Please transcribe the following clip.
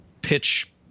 pitch